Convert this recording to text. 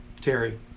Terry